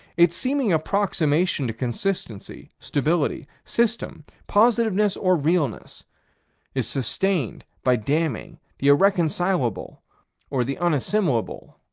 its seeming approximation to consistency, stability, system positiveness or realness is sustained by damning the irreconcilable or the unassimilable